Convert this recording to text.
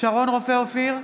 שרון רופא אופיר,